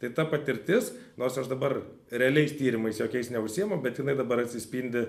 tai ta patirtis nors aš dabar realiais tyrimais jokiais neužsiimu bet jinai dabar atsispindi